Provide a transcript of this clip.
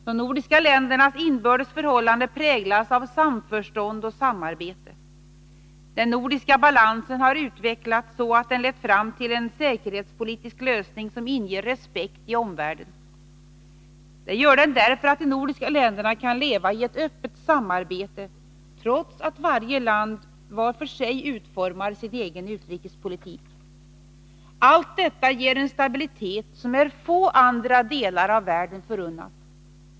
De nordiska ländernas inbördes förhållande präglas av samförstånd och samarbete. Den nordiska balansen har utvecklats så att den lett fram till en säkerhetspolitisk lösning som inger respekt i omvärlden. Det gör den därför att de nordiska länderna kan leva i ett öppet samarbete, trots att varje land var för sig utformar sin egen utrikespolitik. Allt detta ger en stabilitet som är få andra delar av världen förunnad.